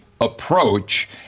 approach